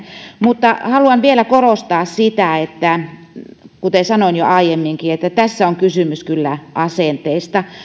mutta haluan vielä korostaa sitä kuten sanoin jo aiemminkin että tässä on kysymys kyllä asenteista